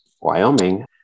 Wyoming